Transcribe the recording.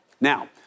Now